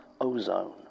ozone